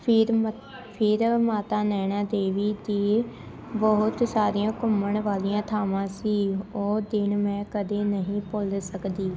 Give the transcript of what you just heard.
ਫਿਰ ਮੱ ਫਿਰ ਮਾਤਾ ਨੈਣਾ ਦੇਵੀ ਦੇ ਬਹੁਤ ਸਾਰੀਆਂ ਘੁੰਮਣ ਵਾਲੀਆਂ ਥਾਵਾਂ ਸੀ ਉਹ ਦਿਨ ਮੈਂ ਕਦੇ ਨਹੀਂ ਭੁੱਲ ਸਕਦੀ